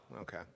okay